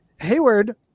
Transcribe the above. Hayward